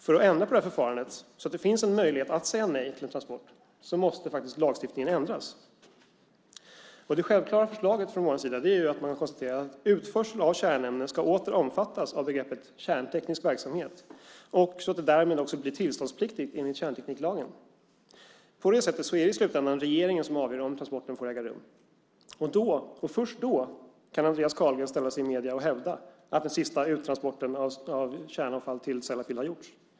För att ändra på förfarandet så att det finns en möjlighet att säga nej till en transport måste faktiskt lagstiftningen ändras. Det självklara förslaget från vår sida är att man konstaterar att utförsel av kärnämnen åter ska omfattas av begreppet "kärnteknisk verksamhet", så att det därmed också blir tillståndspliktigt enligt kärntekniklagen. På det sättet blir det i slutändan regeringen som avgör om en transport får äga rum. Då, och först då, kan Andreas Carlgren hävda i medierna att den sista transporten till Sellafield har gjorts.